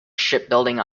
shipbuilding